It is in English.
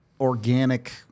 organic